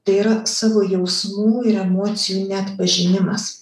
tai yra savo jausmų ir emocijų neatpažinimas